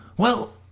well,